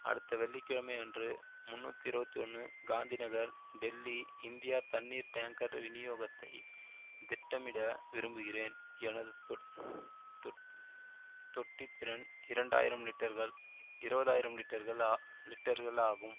அடுத்த வெள்ளிக்கிழமை அன்று முந்நூற்றி இருபத்தி ஒன்று காந்தி நகர் டெல்லி இந்தியா தண்ணீர் டேங்கர் விநியோகத்தை திட்டமிட விரும்புகிறேன் எனது தொட் தொட் தொட்டித்திறன் இரண்டாயிரம் லிட்டர்கள் இருவதாயிரம் லிட்டர்கள் ஆ லிட்டர்கள் ஆகும்